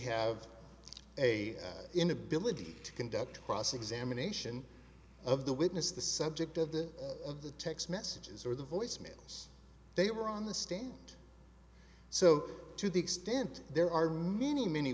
have a inability to conduct cross examination of the witness the subject of the of the text messages or the voice mails they were on the stand so to the extent there are many many